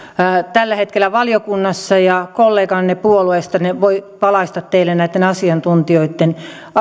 tällä hetkellä valiokunnassa ja kolleganne puolueestanne voi valaista teille näitten asiantuntijoitten